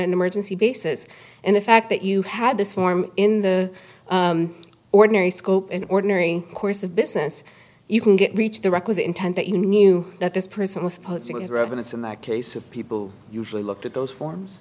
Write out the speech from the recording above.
an emergency basis and the fact that you had this form in the ordinary scope and ordinary course of business you can get reach the requisite intent that you knew that this person was posing as ravenous in that case of people usually looked at those forms